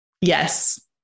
Yes